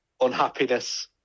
unhappiness